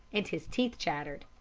and his teeth chattered.